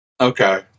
Okay